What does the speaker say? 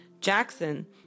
Jackson